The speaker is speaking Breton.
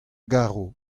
garo